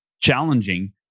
challenging